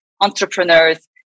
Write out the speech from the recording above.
entrepreneurs